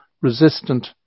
resistant